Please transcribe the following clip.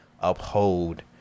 uphold